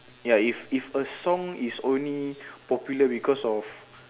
ya if if a song is only popular because of